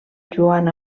joan